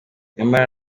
nyamara